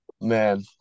Man